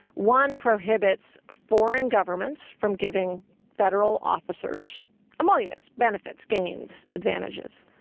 one prohibits foreign governments from giving federal officers emoluments, benefits, gains, advantages.